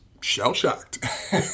shell-shocked